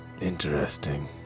Interesting